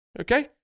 Okay